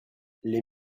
les